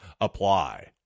apply